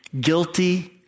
guilty